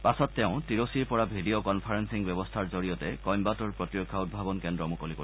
পাছত তেওঁ টিৰছিৰ পৰা ভিডিঅ' কনফাৰেন্সিং ব্যৱস্থাৰ জৰিয়তে কয়ম্বতুৰ প্ৰতিৰক্ষা উদ্ভাৱন কেন্দ্ৰ মুকলি কৰিব